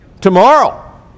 tomorrow